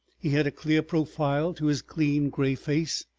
he had a clear profile to his clean gray face,